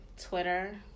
Twitter